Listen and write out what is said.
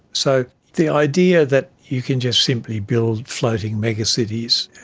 so the idea that you can just simply build floating megacities,